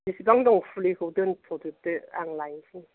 बेसेबां दं फुलिखौ दोनथ'जोबदो आं लायनिसै